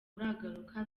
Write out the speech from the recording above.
uragaruka